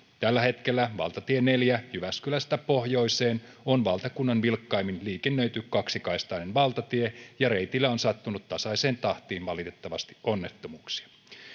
tällä hetkellä valtatie neljä jyväskylästä pohjoiseen on valtakunnan vilkkaimmin liikennöity kaksikaistainen valtatie ja reitillä on valitettavasti sattunut tasaiseen tahtiin onnettomuuksia